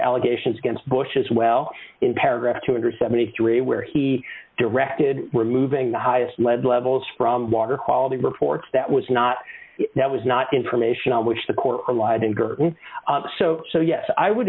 allegations against bush as well in paragraph two hundred and seventy three where he directed removing the highest lead levels from water quality reports that was not that was not information on which the court relied in girton so so yes i would